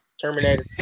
Terminator